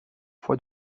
fois